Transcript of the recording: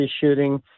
shooting